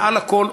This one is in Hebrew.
מעל לכול,